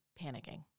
panicking